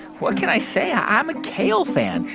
what can i say? i'm a kale fan.